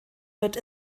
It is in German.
wird